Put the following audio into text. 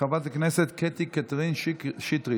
שרה בישראל,